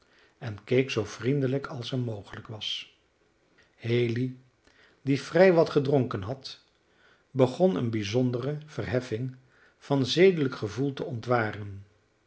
en keek zoo vriendelijk als hem mogelijk was haley die vrij wat gedronken had begon een bijzondere verheffing van zedelijk gevoel te